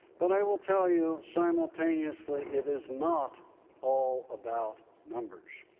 but i will tell you simultaneously it is not all about numbers.